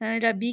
रबी